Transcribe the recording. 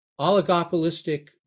oligopolistic